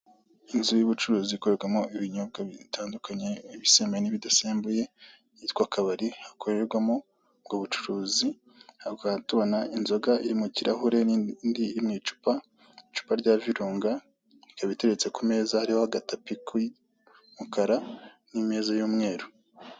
Inzu y'ubucuruzi ikorerwamo ibinyobwa bitandukanye: ibisembuye n'ibidasembuye yitwa akabari, hakorerwamo ubwo bucuruzi, hano tukaba tubona inzoga iri mu kirahure n'indi iri mu icupa, icupa rya virunga, ikaba iteretse ku meza hariho agatapi k'umukara n'imeza y'umweru.